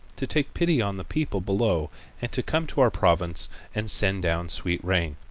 to take pity on the people below and to come to our province and send down sweet rain.